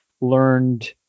learned